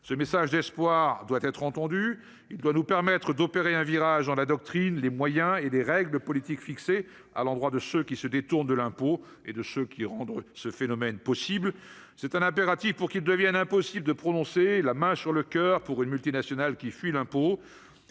ce message d'espoir, doit être entendu, il doit nous permettre d'opérer un virage dans la doctrine, les moyens et des règles politiques fixé à l'endroit de ceux qui se détournent de l'impôt et de ce qui rentre ce phénomène possible, c'est un impératif pour qu'il devienne impossible de prononcer la main sur le coeur pour une multinationale qui fuient l'impôt,